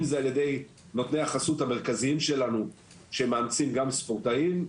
אם זה על ידי נותני החסות המרכזיים שלנו שהם מאמצים גם ספורטאים,